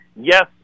Yes